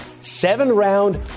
seven-round